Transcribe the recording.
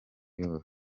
yose